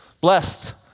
Blessed